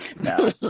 no